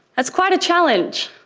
that's quite a challenge.